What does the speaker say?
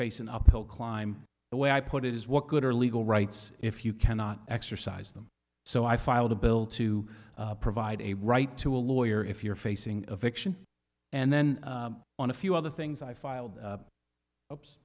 an uphill climb the way i put it is what good are legal rights if you cannot exercise them so i filed a bill to provide a right to a lawyer if you're facing eviction and then on a few other things i filed